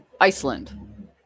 iceland